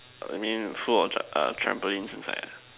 I mean full of tram~ err trampolines inside ah